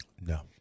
No